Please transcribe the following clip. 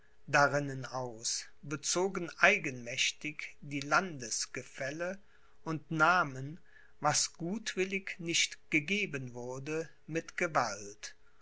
darinnen aus bezogen eigenmächtig die landesgefälle und nahmen was gutwillig nicht gegeben wurde mit gewalt